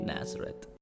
Nazareth